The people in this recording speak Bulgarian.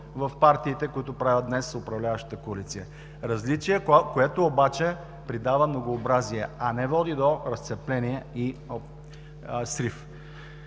в партиите, които правят днес управляващата коалиция; различие, което обаче придава многообразие, а не води до разцепление и срив.